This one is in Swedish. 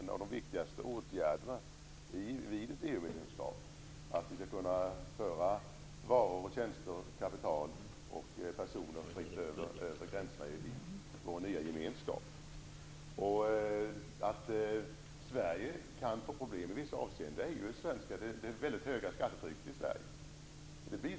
En av de viktigaste åtgärder som är förenade med ett EU-medlemskap är att vi fritt skall kunna föra varor, tjänster, kapital och personer över gränserna i vår nya gemenskap. Att Sverige kan få problem i vissa avseenden beror bl.a. på det mycket höga skattetrycket i Sverige.